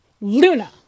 Luna